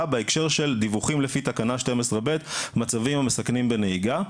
בהקשר של דיווחים לפי תקנה 12ב' מצבים המסכנים בנהיגה.